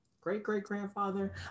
great-great-grandfather